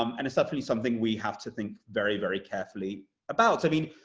um and it's definitely something we have to think very, very carefully about. i mean,